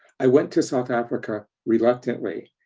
i went to south africa reluctantly,